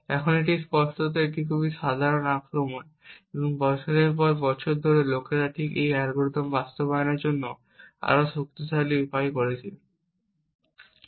এখন এটি স্পষ্টতই একটি খুব সাধারণ আক্রমণ এবং বছরের পর বছর ধরে লোকেরা ঠিক এই অ্যালগরিদমটি বাস্তবায়নের জন্য আরও শক্তিশালী উপায় তৈরি করেছে